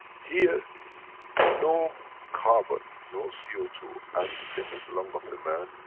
here no carbon, no c o two, as the same as the lung of the man,